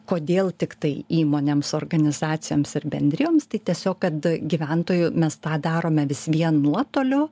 kodėl tiktai įmonėms organizacijoms ir bendrijoms tai tiesiog kad gyventojų mes tą darome vis vien nuotoliu